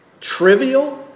trivial